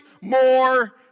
more